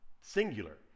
singular